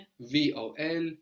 V-O-L